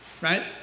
right